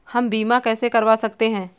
हम बीमा कैसे करवा सकते हैं?